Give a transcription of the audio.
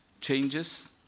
changes